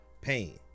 pain